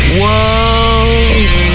whoa